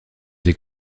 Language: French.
des